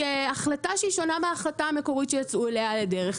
החלטה שהיא שונה מההחלטה המקורית שיצאו אליה לדרך,